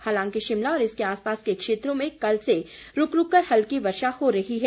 हालांकि शिमला और इसके आसपास के क्षेत्रों में कल से रूक रूक कर हल्की वर्षा हो रही है